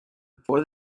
before